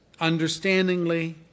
understandingly